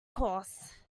course